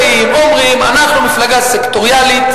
באים ואומרים: אנחנו מפלגה סקטוריאלית.